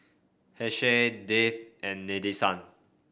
Haresh Dev and Nadesan